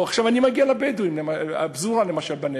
עכשיו אני מגיע לבדואים, הפזורה למשל בנגב.